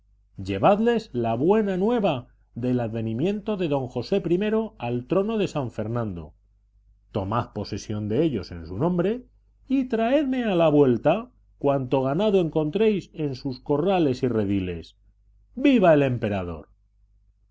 llevadles la buena nueva del advenimiento de don josé i al trono de san fernando tomad posesión de ellos en su nombre y traedme a la vuelta cuanto ganado encontréis en sus corrales y rediles viva el emperador